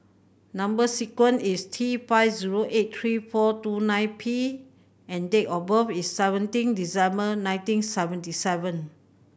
number sequence is T five zero eight three four two nine P and date of birth is seventeen December nineteen seventy seven